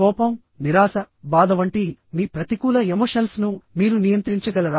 కోపం నిరాశ బాధ వంటి మీ ప్రతికూల ఎమోషనల్స్ ను మీరు నియంత్రించగలరా